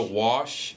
wash